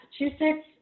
Massachusetts